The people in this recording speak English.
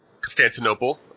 Constantinople